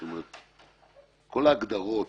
וכידוע,